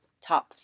top